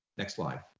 next slide.